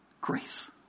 Grace